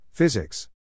Physics